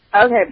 Okay